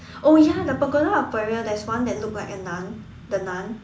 oh ya the Pagoda of Peril there is one that look like a nun the nun